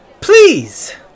Please